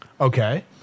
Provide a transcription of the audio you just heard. Okay